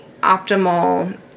optimal